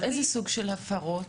איזה סוג של הפרות?